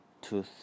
two